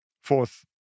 Fourth